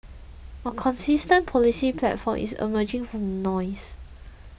a consistent policy platform is emerging from the noise